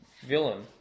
villain